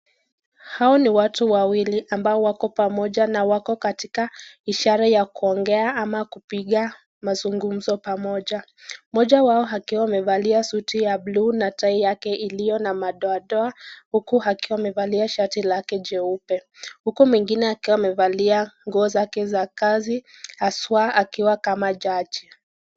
Hao ni watu wawili ambao wako pamoja na wako katika ishara ya kuongea ama kupiga mazungumzo pamoja. moja wao akiwa amevalia suti ya blue na tai yake iliyo na madoadoa, huku akiwa amevalia shati lake jeupe. huku mwingine akiwa amevalia nguo zake za kazi haswa akiwa kama jaji.